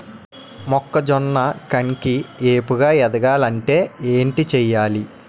మొక్కజొన్న కంకి ఏపుగ ఎదగాలి అంటే ఏంటి చేయాలి?